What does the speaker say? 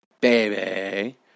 baby